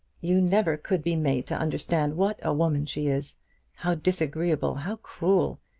you never could be made to understand what a woman she is how disagreeable, how cruel,